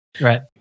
Right